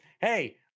hey